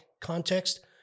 context